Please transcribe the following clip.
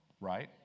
right